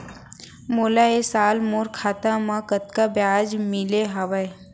मोला ए साल मोर खाता म कतका ब्याज मिले हवये?